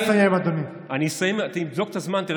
נא לסיים, אדוני.